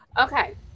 Okay